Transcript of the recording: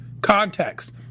context